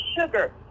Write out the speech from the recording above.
sugar